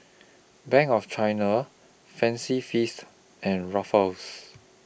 Bank of China Fancy Feast and Ruffles